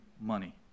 money